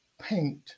paint